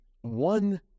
one